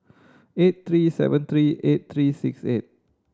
eight three seven three eight three six eight